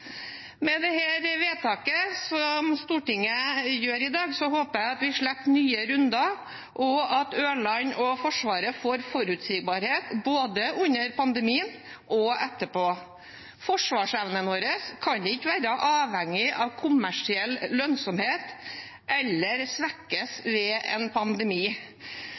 Med det vedtaket som Stortinget gjør i dag, håper jeg at vi slipper nye runder, og at Ørland og Forsvaret får forutsigbarhet både under pandemien og etterpå. Forsvarsevnen vår kan ikke være avhengig av kommersiell lønnsomhet eller svekkes ved en pandemi.